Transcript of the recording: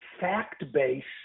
fact-based